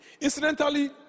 incidentally